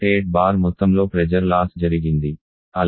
8 bar మొత్తంలో pressure loss జరిగింది